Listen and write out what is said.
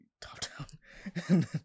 top-down